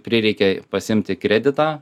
prireikė pasiimti kreditą